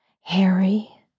Harry